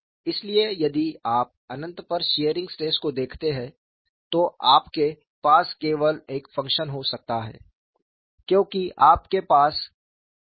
इसलिए यदि आप अनंत पर शीयरिंग स्ट्रेस को देखते हैं तो आपके पास केवल एक फंक्शन हो सकता है क्योंकि आपके पास 𝜳 z 0 है